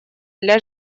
для